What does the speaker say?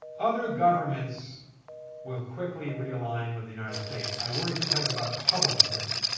other governments will quickly realign with the united states. i worry sometimes about public opinion.